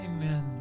Amen